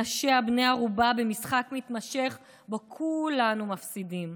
אנשיה בני ערובה במשחק מתמשך שבו כולנו מפסידים.